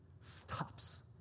stops